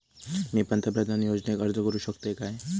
मी पंतप्रधान योजनेक अर्ज करू शकतय काय?